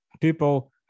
People